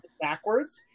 backwards